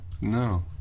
No